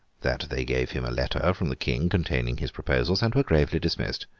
that they gave him a letter from the king containing his proposals, and were gravely dismissed.